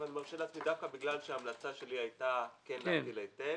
אני מרשה לעצמי דווקא בגלל שההמלצה שלי הייתה כן להטיל היטל,